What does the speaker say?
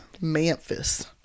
Memphis